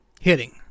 hitting